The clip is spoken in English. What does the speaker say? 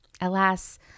alas